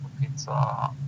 pizza